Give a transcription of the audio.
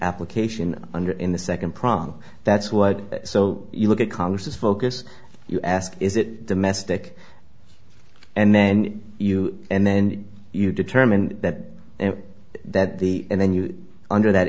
application under in the second prong that's what so you look at congress's focus you ask is it domestic and then you and then you determine that and that the and then you under that